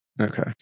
Okay